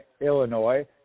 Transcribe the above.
Illinois